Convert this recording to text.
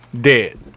Dead